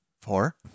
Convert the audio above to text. four